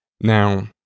Now